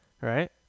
right